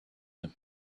him